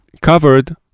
covered